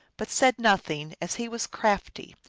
but said nothing, as he was crafty,